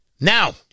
Now